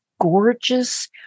gorgeous